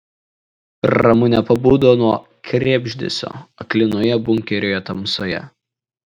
ramunė pabudo nuo krebždesio aklinoje bunkerio tamsoje